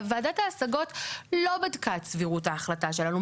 וועדת ההשגות לא בדקה את סבירות ההחלטה שלנו,